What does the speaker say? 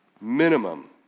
Minimum